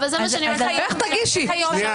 באיזו